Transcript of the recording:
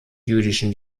jüdischen